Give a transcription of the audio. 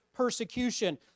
Persecution